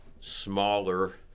smaller